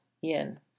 yin